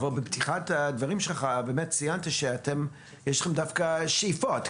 בתחילת הדברים שלך ציינת שיש לכם שאיפות.